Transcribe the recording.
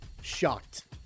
shocked